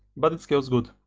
but it scales good.